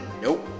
Nope